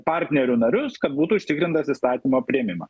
partnerių narius kad būtų užtikrintas įstatymo priėmimą